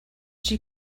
she